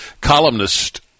columnist